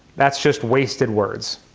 that's just wasted words.